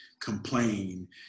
complain